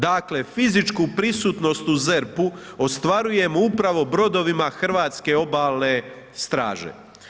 Dakle, fizičku prisutnost u ZERP-u ostvarujemo upravo brodovima hrvatske Obalne straže.